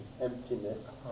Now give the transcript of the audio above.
emptiness